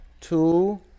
Two